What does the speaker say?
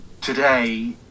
today